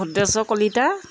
Sudreswar Kalita